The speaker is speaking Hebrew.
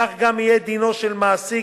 כך גם יהיה דינו של מעסיק